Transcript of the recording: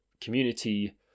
community